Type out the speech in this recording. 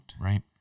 Right